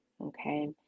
okay